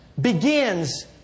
begins